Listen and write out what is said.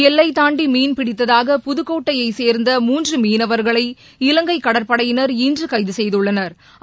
எல்லை தூண்டி மீன்பிடித்ததாக புதுக்கோட்டையைச் சேர்ந்த மூன்று மீனவர்களை இலங்கை கடற்படையினர் இன்று கைது செய்துள்ளனா்